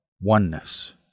oneness